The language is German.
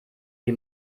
die